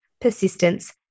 persistence